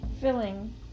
filling